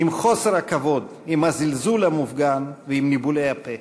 עם חוסר הכבוד, עם הזלזול המופגן ועם ניבולי הפה.